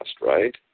right